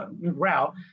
route